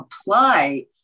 apply